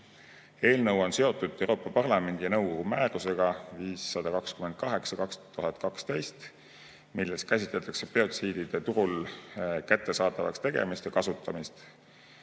jaoks. Eelnõu on seotud Euroopa Parlamendi ja nõukogu määrusega nr 528/2012, milles käsitletakse biotsiidide turul kättesaadavaks tegemist ja kasutamist,